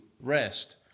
rest